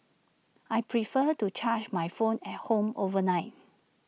I prefer to charge my phone at home overnight